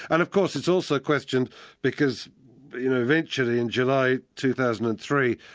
and of course it's also questioned because eventually in july two thousand and three,